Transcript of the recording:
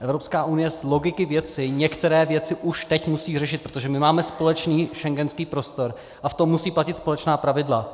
Evropská unie z logiky věci některé věci už teď musí řešit, protože máme společný schengenský prostor a v tom musí platit společná pravidla.